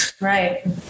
Right